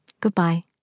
Goodbye